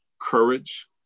courage